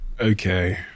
Okay